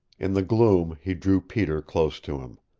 in the gloom he drew peter close to him.